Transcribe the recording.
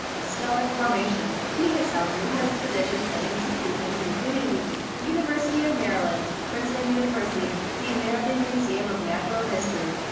and stellar formation. he has held numerous positions at institutions including the university of maryland, princeton university, the american museum of natural history,